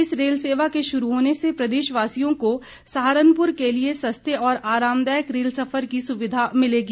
इस रेल सेवा के शुरू होने से प्रदेश वासियों को सहारनपुर के लिए सस्ते और आरामदायक रेल सफर की सुविधा मिलेगी